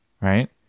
Right